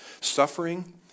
suffering